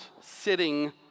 sitting